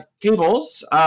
Cables